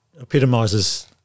epitomizes